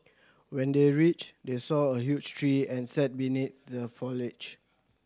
when they reached they saw a huge tree and sat beneath the foliage